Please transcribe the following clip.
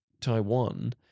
Taiwan